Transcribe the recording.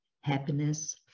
happiness